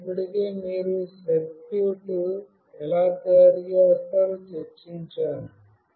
నేను ఇప్పటికే మీరు సర్క్యూట్ ఎలా తయారు చేస్తారో చర్చించాను